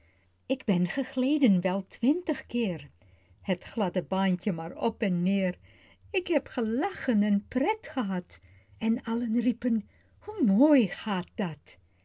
ik ben gegleden wel twintig keer het gladde baantje maar op en neer ik heb gelachen en pret gehad en allen riepen hoe mooi gaat dat